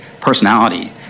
personality